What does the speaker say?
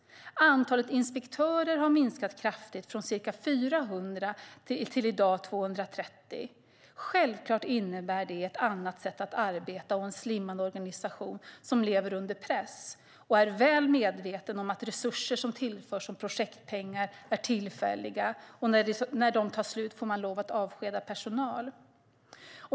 Antalet inspektörer har minskat kraftigt, från ca 400 till i dag 230. Självklart innebär det ett annat sätt att arbeta och en slimmad organisation som lever under press och är väl medveten om att resurser som tillförs som projektpengar är tillfälliga. När de tar slut får man lov att avskeda personal.